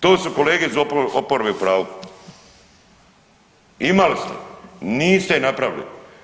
To su kolege iz oporbe u pravu, imali ste, niste je napravili.